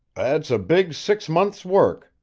that's a big six months' work,